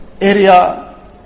area